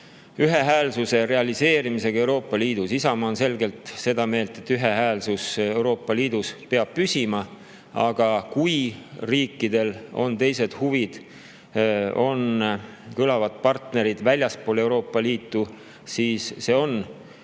ühehäälsuse realiseerimise pärast Euroopa Liidus. Isamaa on selgelt seda meelt, et ühehäälsus Euroopa Liidus peab püsima. Aga kui riikidel on teised huvid, on kõlavad partnerid väljaspool Euroopa Liitu, siis see on raske